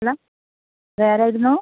hello ഇത് ആരായിരുന്നു